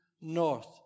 north